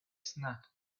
snack